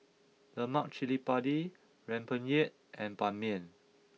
Lemak Cili Padi Rempeyek and Ban Mian